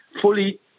fully